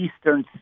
Eastern